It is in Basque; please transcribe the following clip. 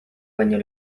baino